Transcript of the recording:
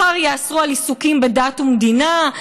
מחר יאסרו עיסוקים בדת ומדינה,